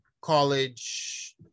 college